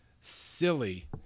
silly